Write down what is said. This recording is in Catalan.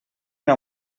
una